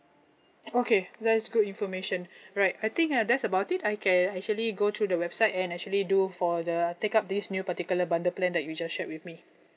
okay that's good information right I think uh that's about it I can actually go through the website and actually do for the take up this new particular bundle plan that you just shared with me